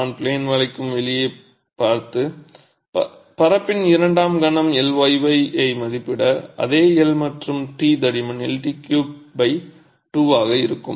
நான் ப்ளேன் வளைக்கும் வெளியே பார்த்து பரப்பின் இரண்டாம் கணம் Iyy ஐ மதிப்பிட அதே L நீளம் மற்றும் t தடிமன் Lt312 ஆக இருக்கும்